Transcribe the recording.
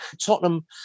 Tottenham